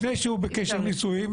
אם הוא לא בקשר נישואים,